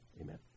amen